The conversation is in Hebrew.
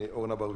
אורנה ברביבאי.